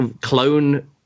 clone